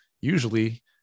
usually